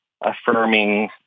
affirming